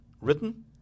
written